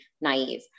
naive